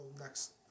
next